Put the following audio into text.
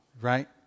right